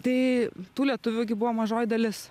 tai tų lietuvių gi buvo mažoji dalis